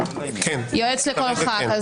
יועץ לכל חבר כנסת.